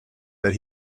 that